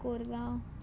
Korgaon